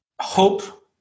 hope